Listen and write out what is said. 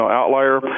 outlier